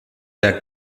der